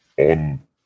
on